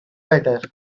better